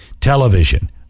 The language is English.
Television